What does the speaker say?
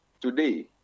Today